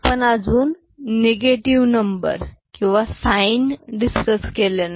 आपण अजून negative number किंवा साइन डिस्कस केले नाही